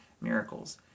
miracles